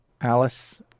Alice